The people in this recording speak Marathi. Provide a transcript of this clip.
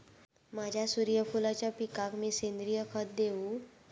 माझ्या सूर्यफुलाच्या पिकाक मी सेंद्रिय खत देवू?